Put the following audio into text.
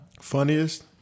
Funniest